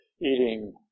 eating